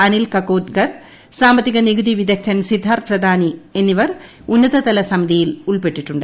അനിൽ കക്കോദ്കർ സാമ്പത്തിക നികുതി വിദഗ്ദ്ധൻ സിദ്ധാർത്ഥി പ്രധാൻ എന്നിവർ ഉന്നതതല സമിതിയിൽ ഉൾപ്പെട്ടിട്ടുണ്ട്